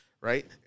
right